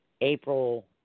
April